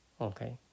Okay